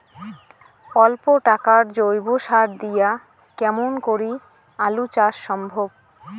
অল্প টাকার জৈব সার দিয়া কেমন করি আলু চাষ সম্ভব?